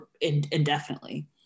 indefinitely